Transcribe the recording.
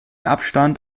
abstand